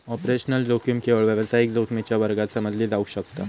operational जोखीम केवळ व्यावसायिक जोखमीच्या वर्गात समजली जावक शकता